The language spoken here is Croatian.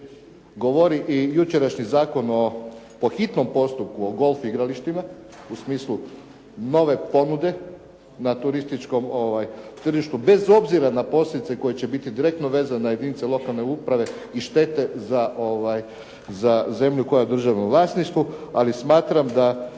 govori i jučerašnji Zakon po hitnom postupku o golf igralištima u smislu nove ponude na turističkom tržištu bez obzira na posljedice koje će biti direktno vezan na jedinice lokalne uprave i štete za zemlju koja je u državnom vlasništvu, ali smatram da